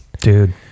dude